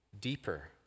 deeper